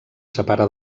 separa